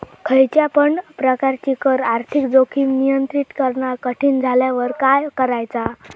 खयच्या पण प्रकारची कर आर्थिक जोखीम नियंत्रित करणा कठीण झाल्यावर काय करायचा?